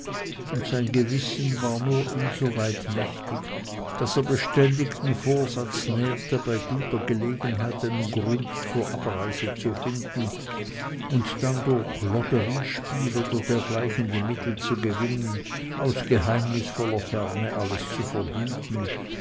und sein gewissen war nur insoweit mächtig daß er beständig den vorsatz nährte bei guter gelegenheit einen grund zur abreise zu finden und dann durch lotteriespiel und dergleichen die mittel zu gewinnen aus geheimnisvoller ferne alles zu vergüten